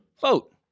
vote